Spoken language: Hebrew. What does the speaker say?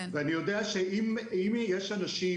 אני יודע שאם יש אנשים,